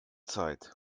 zeit